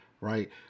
right